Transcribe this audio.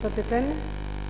אתה תיתן לי?